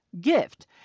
gift